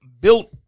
built